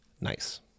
Nice